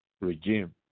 regime